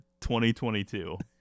2022